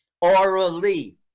Orally